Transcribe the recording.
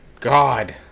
God